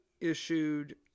issued